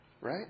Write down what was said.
right